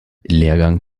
lehrgang